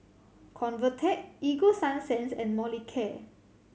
Convatec Ego Sunsense and Molicare